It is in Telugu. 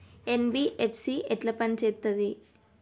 ఎన్.బి.ఎఫ్.సి ఎట్ల పని చేత్తది?